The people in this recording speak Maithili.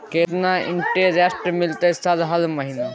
केतना इंटेरेस्ट मिलते सर हर महीना?